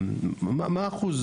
מה אחוז